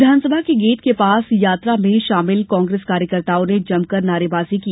विधानसभा के गेट के पास यात्रा में शामिल कांग्रेस कार्यकर्ताओं ने जमकर नारेबाजी की